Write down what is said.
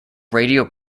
radio